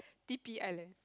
D P island